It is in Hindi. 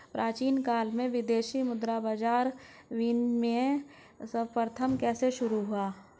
प्राचीन काल में विदेशी मुद्रा बाजार में विनिमय सर्वप्रथम कैसे शुरू हुआ?